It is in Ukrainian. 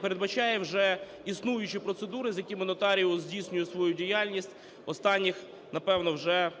передбачає вже існуючі процедури, з якими нотаріус здійснює свою діяльність останніх, напевно, вже 7 років,